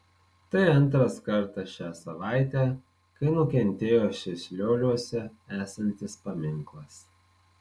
tai antras kartas šią savaitę kai nukentėjo šis lioliuose esantis paminklas